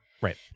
right